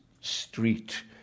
street